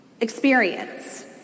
Experience